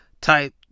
Type